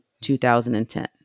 2010